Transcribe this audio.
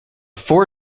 four